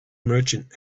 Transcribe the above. merchant